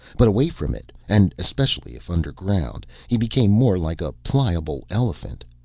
but away from it and especially if underground he became more like a pliable elephant.